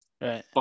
right